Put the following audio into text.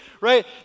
right